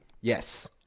Yes